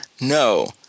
No